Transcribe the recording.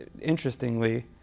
Interestingly